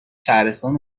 شهرستان